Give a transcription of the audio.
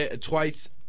twice